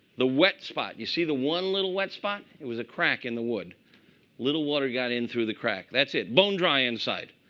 the wet spot you see the one little wet spot? it was a crack in the wood. a little water got in through the crack. that's it. bone dry inside.